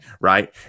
right